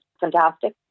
fantastic